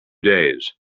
days